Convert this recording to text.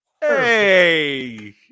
Hey